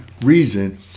reason